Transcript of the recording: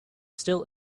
still